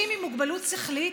אנחנו מתייחסים